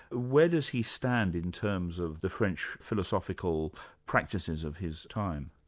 where does he stand in terms of the french philosophical practices of his time?